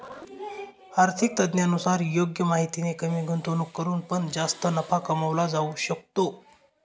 आर्थिक तज्ञांनुसार योग्य माहितीने कमी गुंतवणूक करून पण जास्त नफा कमवला जाऊ शकतो